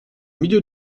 milieu